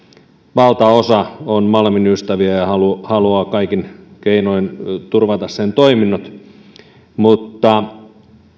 valtaosa on malmin ystäviä ja haluaa kaikin keinoin turvata sen toiminnot mutta